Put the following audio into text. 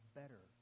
better